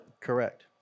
Correct